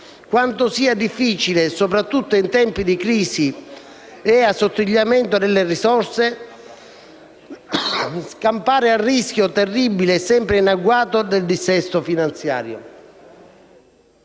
quanto sia difficile, soprattutto in tempi di crisi e assottigliamento delle risorse, scampare al rischio, terribile e sempre in agguato, del dissesto finanziario.